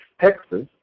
Texas